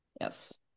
Yes